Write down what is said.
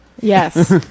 Yes